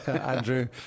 Andrew